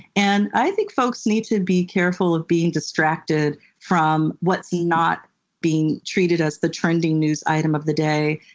and i think folks need to be careful of being distracted from what's not being treated as the trending news item of the day,